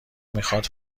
میخاد